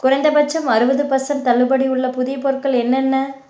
குறைந்தபட்சம் அறுபது பர்செண்ட் தள்ளுபடி உள்ள புதிய பொருட்கள் என்னென்ன